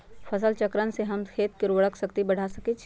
फसल चक्रण से हम खेत के उर्वरक शक्ति बढ़ा सकैछि?